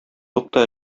тукта